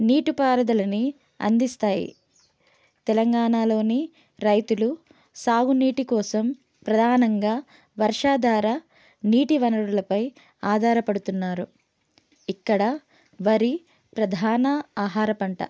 నీటిపారుదలని అందిస్తాయి తెలంగాణలోని రైతులు సాగునీటి కోసం ప్రధానంగా వర్షాదార నీటి వనరులపై ఆధారపడుతున్నారు ఇక్కడ వరి ప్రధాన ఆహార పంట